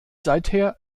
seither